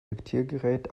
diktiergerät